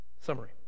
summary